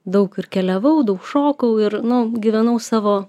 daug ir keliavau daug šokau ir nu gyvenau savo